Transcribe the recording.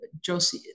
Josie